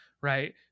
right